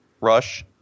Rush